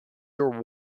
your